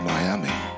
Miami